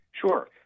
Sure